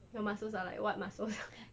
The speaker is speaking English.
your muscles are like what muscles